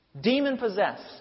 Demon-possessed